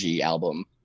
album